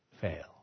fail